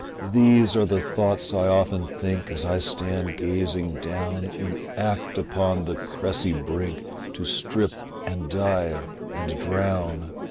these are the thoughts i often think as i stand gazing down in act upon the cressy brink to strip and dive and drown